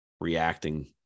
reacting